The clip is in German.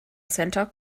center